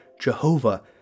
Jehovah